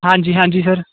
ਹਾਂਜੀ ਹਾਂਜੀ ਸਰ